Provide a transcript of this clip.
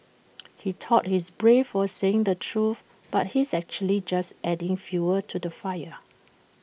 he thought he's brave for saying the truth but he's actually just adding fuel to the fire